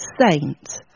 saint